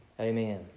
Amen